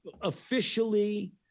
Officially